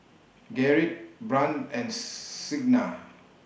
Gerrit Brant and Signa